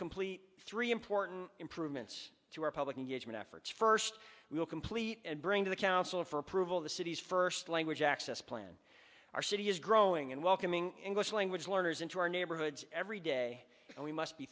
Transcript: complete three important improvements to our public engagement efforts first we will complete and bring to the council for approval of the city's first language access plan our city is growing and welcoming english language learners into our neighborhoods every day and we must be